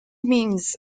means